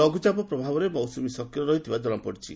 ଲଘୁଚାପ ପ୍ରଭାବରେ ମୌସୁମୀ ସକ୍ରିୟ ହୋଇଥିବା ଜଣାପଡ଼ିଛି